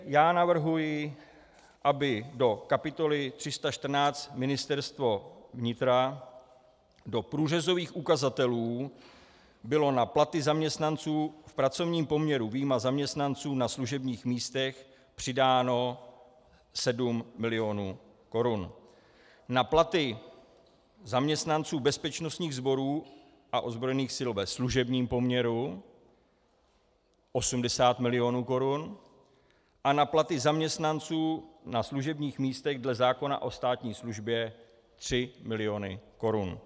Já navrhuji, aby do kapitoly 314 Ministerstvo vnitra do průřezových ukazatelů bylo na platy zaměstnanců v pracovním poměru vyjma zaměstnanců na služebních místech přidáno 7 mil. korun, na platy zaměstnanců bezpečnostních sborů a ozbrojených sil ve služebním poměru 80 mil. korun a na platy zaměstnanců na služebních místech dle zákona o státní službě 3 mil. korun.